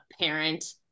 parent